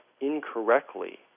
incorrectly